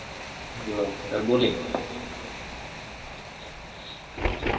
good afternoon sir बोलिए